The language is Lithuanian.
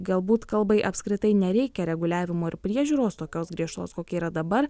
galbūt kalbai apskritai nereikia reguliavimo ir priežiūros tokios griežtos kokia yra dabar